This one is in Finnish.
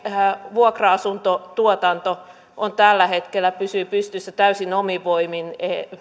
vuokra asuntotuotanto tällä hetkellä pysyy pystyssä täysin omin voimin